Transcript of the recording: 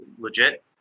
legit